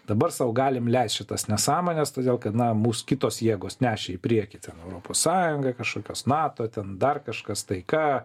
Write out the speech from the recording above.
dabar sau galim leist šitas nesąmones todėl kad na mus kitos jėgos nešė į priekį ten europos sąjunga kažkokios nato ten dar kažkas taika